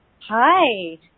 hi